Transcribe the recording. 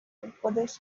تون، خودش